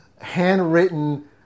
handwritten